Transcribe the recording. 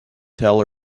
tell